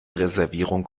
reservierung